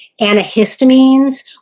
antihistamines